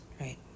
right